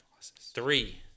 Three